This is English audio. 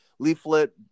Leaflet